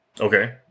Okay